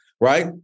Right